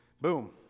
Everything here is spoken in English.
Boom